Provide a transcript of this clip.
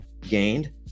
gained